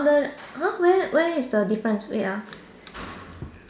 err !huh! where where is the difference wait ah